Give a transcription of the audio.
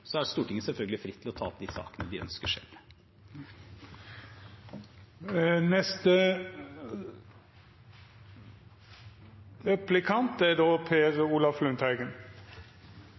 Så står Stortinget selvfølgelig fritt til å ta opp de sakene de ønsker selv. Statsråden definerte forhåndsgodkjente tiltaksarrangører på en god måte. De er